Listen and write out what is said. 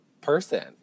person